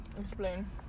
explain